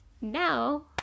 Now